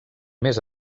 més